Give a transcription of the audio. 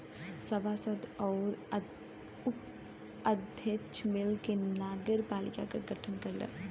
सभासद आउर अध्यक्ष मिलके नगरपालिका क गठन करलन